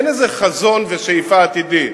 אין איזה חזון ושאיפה עתידית,